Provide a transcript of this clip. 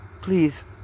Please